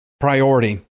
priority